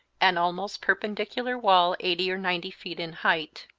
an almost perpendicular wall eighty or ninety feet in height.